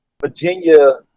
Virginia